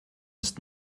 ist